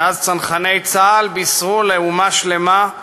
מאז בישרו צנחני צה"ל לאומה שלמה,